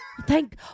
Thank